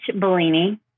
Bellini